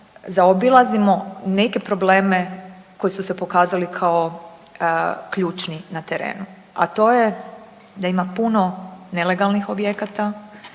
zaobilazimo neke probleme koji su se pokazali kao ključni na terenu, a to je da ima puno nelegalnih objekata,